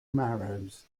marrows